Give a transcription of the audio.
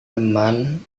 teman